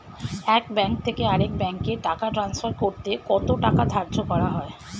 এক ব্যাংক থেকে আরেক ব্যাংকে টাকা টান্সফার করতে কত টাকা ধার্য করা হয়?